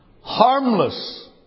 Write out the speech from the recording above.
harmless